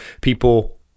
people